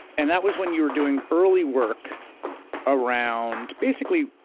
and that was when you were doing early work around, basically,